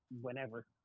whenever